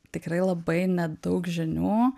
tikrai labai nedaug žinių